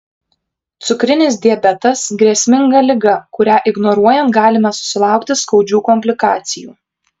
cukrinis diabetas grėsminga liga kurią ignoruojant galime susilaukti skaudžių komplikacijų